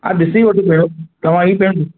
हा ॾिसी वठो पहिरियों तव्हां ई पहिरियों